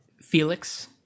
Felix